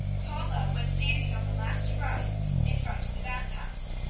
paula was standing on the last rise in front of the bath house,